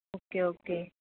okay okay